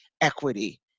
equity